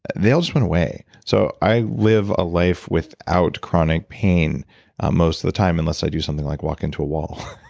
they all just went away. so i live a life without chronic pain most of the time unless i do something like walk into a wall.